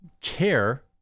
care